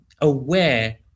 aware